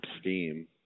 steam